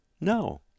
No